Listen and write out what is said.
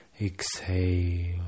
Exhale